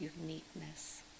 uniqueness